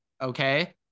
okay